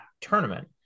tournament